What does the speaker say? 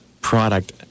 product